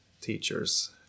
teachers